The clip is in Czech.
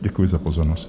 Děkuji za pozornost.